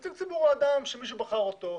נציג ציבור הוא אדם שמי שבחר אותו,